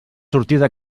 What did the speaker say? sortida